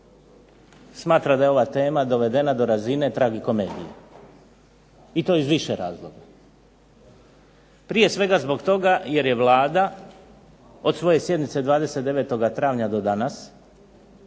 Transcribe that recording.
smatra da je ova tema dovedena do razine tragikomedije i to iz više razloga. Prije svega zbog toga što je Vlada od svoje sjednice 29. travnja do danas